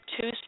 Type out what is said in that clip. two